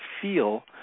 feel